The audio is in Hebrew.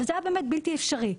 זה היה באמת בלתי אפשרי.